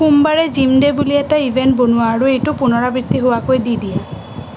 সোমবাৰে gym day বুলি এটা ইভেণ্ট বনোৱা আৰু এইটো পুনৰাবৃত্তি হোৱাকৈ দি দিয়া